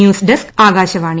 news desk Akashvani